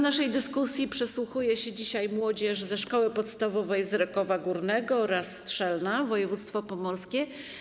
Naszej dyskusji przysłuchuje się dzisiaj młodzież ze szkoły podstawowej z Rekowa Górnego oraz ze Strzelna, województwo pomorskie.